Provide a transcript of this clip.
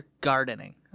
gardening